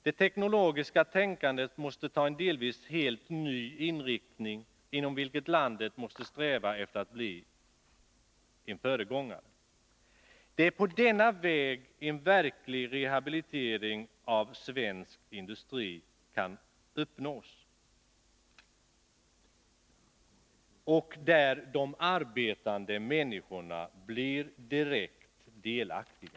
Det teknologiska tänkandet måste ta en delvis helt ny riktning, inom vilken landet måste sträva efter att bli en föregånga 16. Det är på denna väg som en verklig rehabilitering av svensk industri kan uppnås, varvid de arbetande människorna blir direkt delaktiga.